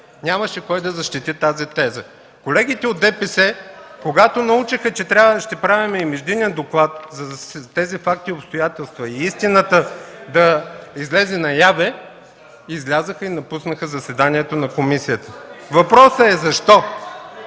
нямаше кой да защити тази теза. Когато колегите от БСП научиха, че ще правим и междинен доклад за тези факти и обстоятелства, за да излезе истината наяве, излязоха и напуснаха заседанието на комисията. Въпросът е защо?